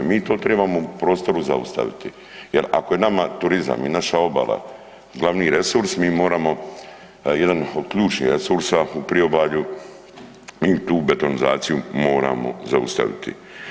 Mi to trebamo u prostoru zaustaviti jer ako je nama turizam i naša obala glavni resurs, mi moramo, jedan od ključnih resursa u priobalju, mi tu betonizaciju moramo zaustaviti.